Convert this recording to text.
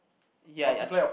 yeah yeah